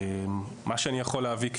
מה שאני יכול להביא,